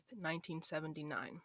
1979